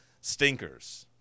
stinkers